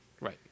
Right